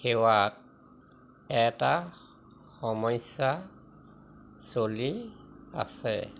সেৱাত এটা সমস্যা চলি আছে